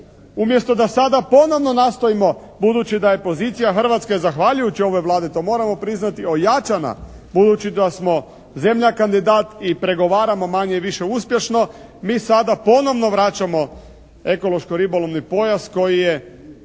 Umjesto da sada ponovno nastojimo budući da je pozicija Hrvatske zahvaljujući ovoj Vladi, to moramo priznati ojačana, budući da smo zemlja kandidat i pregovaramo manje-više uspješno, mi sada ponovno vraćamo ekološko-ribolovni pojas koji je